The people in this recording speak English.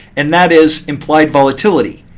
and that is implied volatility.